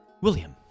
William